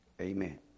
amen